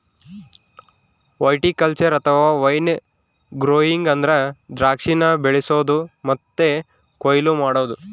viticulture ಅಥವಾ wine growing ಅಂದ್ರ ದ್ರಾಕ್ಷಿನ ಬೆಳಿಸೊದು ಮತ್ತೆ ಕೊಯ್ಲು ಮಾಡೊದು